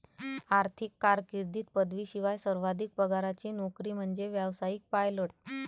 आर्थिक कारकीर्दीत पदवीशिवाय सर्वाधिक पगाराची नोकरी म्हणजे व्यावसायिक पायलट